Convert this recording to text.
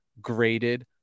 graded